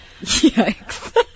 Yikes